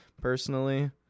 personally